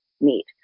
need